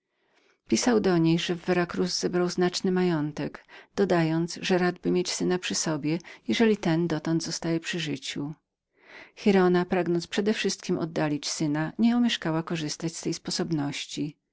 pisał do niej że w vera cruz zebrał znaczny majątek dodając że radby mieć syna przy sobie jeżeli ten dotąd zostawał przy życiu giralda pragnąc przedewszystkiem oddalić syna nieomieszkała korzystać z tej sposobności